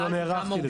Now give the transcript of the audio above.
כי לא נערכתי לזה.